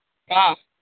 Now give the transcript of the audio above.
क्या